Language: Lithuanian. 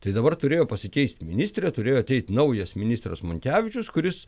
tai dabar turėjo pasikeist ministrė turėjo ateiti naujas ministras monkevičius kuris